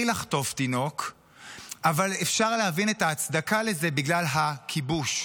לחטוף תינוק אבל אפשר להבין את ההצדקה לזה בגלל הכיבוש.